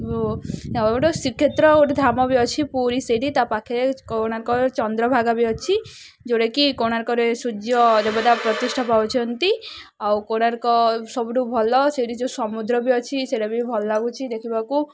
ଗୋଟେ ଶ୍ରୀକ୍ଷେତ୍ର ଗୋଟେ ଧାମ ବି ଅଛି ପୁରୀ ସେଇଠି ତା' ପାଖରେ କୋଣାର୍କ ଚନ୍ଦ୍ରଭାଗା ବି ଅଛି ଯେଉଁଟାକି କୋଣାର୍କରେ ସୂର୍ଯ୍ୟ ଦେବତା ପ୍ରତିଷ୍ଠା ପାଉଛନ୍ତି ଆଉ କୋଣାର୍କ ସବୁଠୁ ଭଲ ସେଇଠି ଯେଉଁ ସମୁଦ୍ର ବି ଅଛି ସେଇଟା ବି ଭଲ ଲାଗୁଛି ଦେଖିବାକୁ